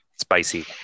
spicy